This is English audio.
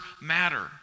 matter